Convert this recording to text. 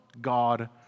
God